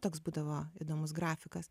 toks būdavo įdomus grafikas